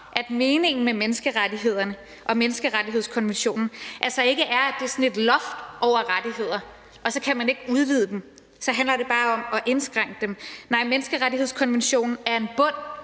at meningen med menneskerettighederne og menneskerettighedskonventionen altså ikke er, at det er sådan et loft over rettigheder, og at man ikke kan udvide dem, eller at det så bare skulle handle om at indskrænke dem. Nej, menneskerettighedskonventionen er en bund,